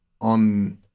on